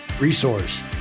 resource